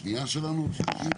הישיבה השלישית,